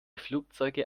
flugzeuge